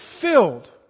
filled